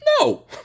No